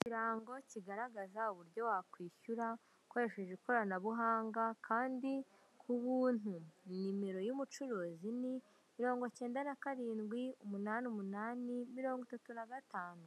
Ikirango kigaragaza uburyo wakwishyura ukoresheje ikoranabuhanga kandi ku buntu, nimero y'umucuruzi ni mirongo icyenda na karindwi, umunani, umunani, mirongo itatu na gatanu,